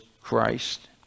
Christ